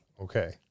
Okay